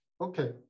Okay